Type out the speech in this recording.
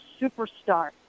superstar